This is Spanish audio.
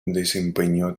desempeñó